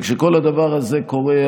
כשכל הדבר הזה קורה,